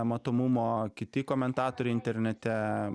matomumo kiti komentatoriai internete